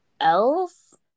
else